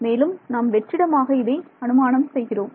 மேலும் நாம் வெற்றிடமாக இதை அனுமானம் செய்கிறோம்